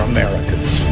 Americans